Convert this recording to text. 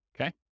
Okay